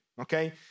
okay